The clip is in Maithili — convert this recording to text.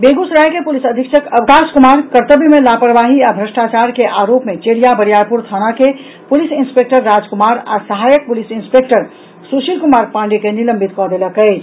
बेगूसराय के पुलिस अधीक्षक अवकाश कुमार कर्तव्य मे लापरवाही आ भ्रष्टाचार के आरोप मे चेरिया बरियारपुर थाना के पुलिस इंस्पेक्टर राजकुमार आ सहायक पुलिस इंस्पेक्टर सुशील कुमार पांडेय के निलंबित कऽ देलक अछि